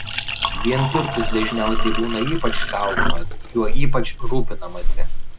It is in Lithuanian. vienturtis dažniausiai būna ypač saugomas juo ypač rūpinamasi